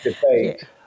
debate